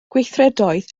gweithredoedd